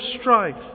strife